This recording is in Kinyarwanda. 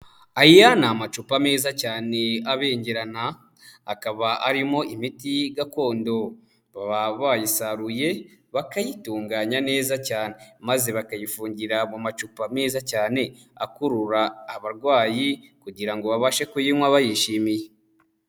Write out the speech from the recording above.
Aya ni amacupa meza cyane abengerana, akaba arimo imiti gakondo baba bayisaruye bakayitunganya neza cyane, maze bakayifungira mu macupa meza cyane akurura abarwayi kugira ngo babashe kuyinywa bayishimiye.